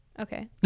Okay